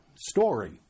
story